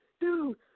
dude